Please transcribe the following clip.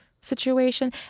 situation